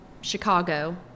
Chicago